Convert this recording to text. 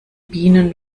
bienen